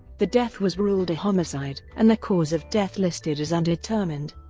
the death was ruled a homicide and the cause of death listed as undetermined.